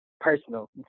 Personal